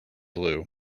blue